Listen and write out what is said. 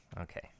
Okay